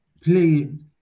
playing